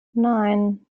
nine